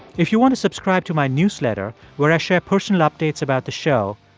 if you want to subscribe to my newsletter where i share personal updates about the show,